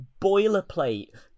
boilerplate